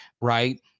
right